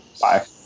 Bye